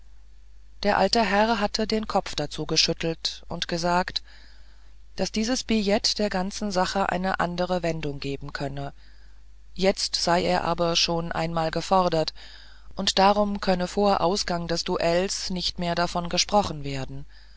der alte herr hatte den kopf dazu geschüttelt und gesagt daß dieses billett der ganzen sache eine andere wendung geben könnte jetzt sei er aber schon einmal gefordert und darum könne vor ausgang des duells nicht mehr davon gesprochen werden